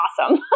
awesome